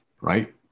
right